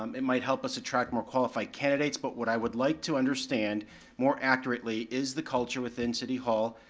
um it might help us attract more qualified candidates, but what i would like to understand more accurately, is the culture within city hall,